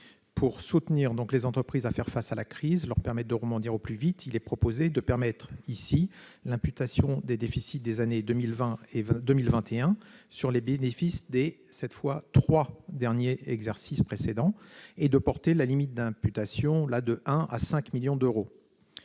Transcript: Pour aider les entreprises à faire face à la crise et leur permettre de rebondir au plus vite, il est proposé de permettre l'imputation des déficits des années 2020 et 2021 sur les bénéfices des trois exercices précédents et de porter la limite d'imputation de 1 million à 5 millions d'euros.